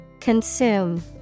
Consume